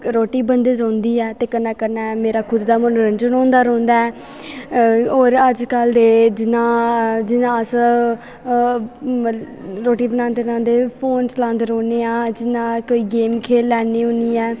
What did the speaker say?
रोटी बनदे रौंह्दी ऐ ते कन्नै कन्नै मेरा खुद दा मनोरंजन होंदा रौंह्दा ऐ होर अजकल्ल दे जियां जियां अस मतलब रोटी बनांदे बनांदे फोन चलांदे रौह्न्ने आं जियां कोई गेम खेल्ली लैन्नी होन्नी ऐं